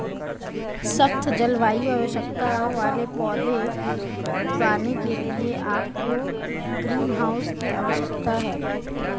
सख्त जलवायु आवश्यकताओं वाले पौधे उगाने के लिए आपको ग्रीनहाउस की आवश्यकता है